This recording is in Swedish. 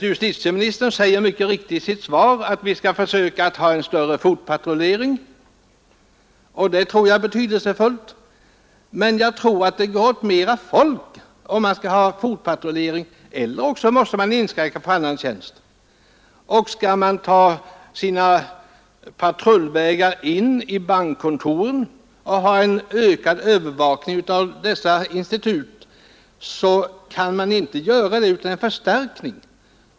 Justitieministern säger mycket riktigt i sitt svar att man skall försöka ha en större fotpatrullering, och det tror jag är betydelsefullt. Men det går åt mera folk om man skall ha fotpatrullering, eller också måste man inskränka på annan tjänst. Skall polisen ta sina patrullvägar in i bankkontoren och ha en ökad övervakning av dessa institut kan man inte göra det utan förstärkning.